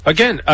Again